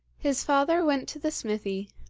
his father went to the smithy,